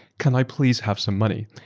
can i please have some money?